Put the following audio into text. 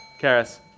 Karis